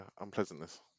unpleasantness